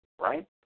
right